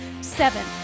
Seven